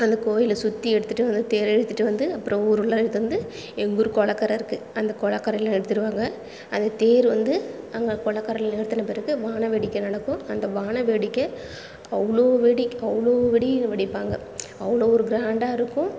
அந்த கோயிலை சுற்றி எடுத்துட்டு வந்து தேரை இழுத்துட்டு வந்து அப்புறம் ஊருள்ளார இழுத்துட்டு வந்து எங்கூர் குளக்கர இருக்குது அந்த குளக்கரையில நிறுத்திடுவாங்கள் அந்த தேர் வந்து அங்க குளக்கரையில நிறுத்தின பிறகு வானவேடிக்கை நடக்கும் அந்த வானவேடிக்கை அவ்வளோ வெடி அவ்வளோ வெடி வெடிப்பாங்கள் அவ்வளோ ஒரு க்ராண்டாக இருக்கும்